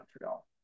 Montreal